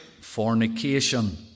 fornication